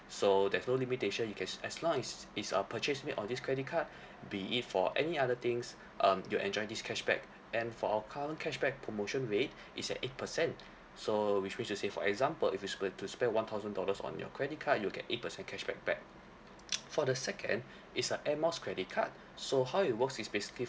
so there's no limitation you can as long as it's it's a purchase made on this credit card be it for any other things um you enjoy this cashback and for our current cashback promotion rate is at eight percent so which means to say for example if it's going to spend one thousand dollars on your credit card you'll get eight percent cashback back for the second it's a air miles credit card so how it works is basically